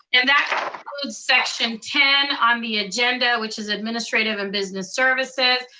and that concludes section ten on the agenda, which is administrative and business services.